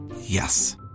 Yes